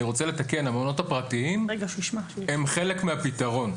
אני רוצה לתקן: המעונות הפרטיים הם חלק מהפתרון.